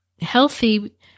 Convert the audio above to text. healthy